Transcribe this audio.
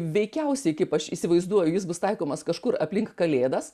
veikiausiai kaip aš įsivaizduoju jis bus taikomas kažkur aplink kalėdas